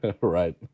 Right